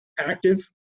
active